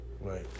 Right